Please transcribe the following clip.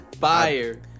Fire